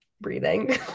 breathing